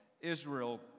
Israel